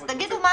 אז תגידו.